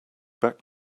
back